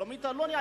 שולמית אלוני,